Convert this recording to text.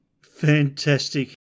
Fantastic